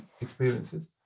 experiences